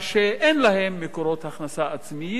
שאין להם מקורות הכנסה עצמיים,